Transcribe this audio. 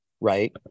right